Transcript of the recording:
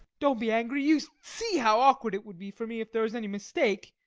don't be angry you see how awkward it would be for me if there was any mistake.